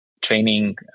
training